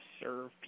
serve